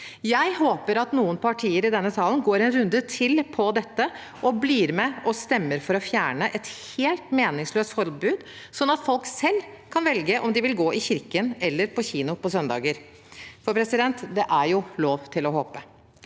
Jeg håper noen partier i denne salen går en runde til på dette og blir med og stemmer for å fjerne et helt meningsløst forbud, sånn at folk selv kan velge om de vil gå i kirken eller på kino på søndager. Det er jo lov å håpe.